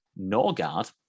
Norgard